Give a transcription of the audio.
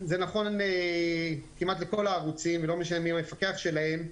זה נכון כמעט לכל הערוצים ולא משנה מי המפקח שלהם,